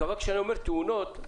כשאני אומר "תאונות",